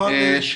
שלום.